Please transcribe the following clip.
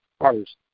first